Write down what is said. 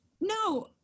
No